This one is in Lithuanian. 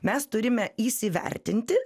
mes turime įsivertinti